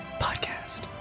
podcast